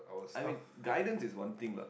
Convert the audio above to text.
I mean guidance is one thing